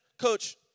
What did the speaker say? coach